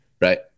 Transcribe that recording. right